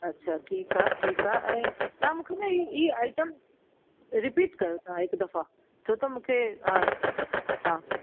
अछा ठीकु आहे ठीकु आहे ऐं तव्हां मूंखे न इहे आइटम रिपीट कयो तव्हां हिकु दफ़ा छो त मूंखे हा हा